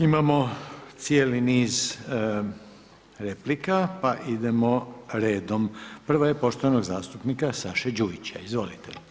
Imamo cijeli niz replika, pa idemo redom, prva je poštovana zastupnika Saše Đujića, izvolite.